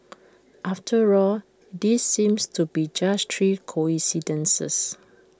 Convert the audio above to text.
after all these seem to be just three coincidences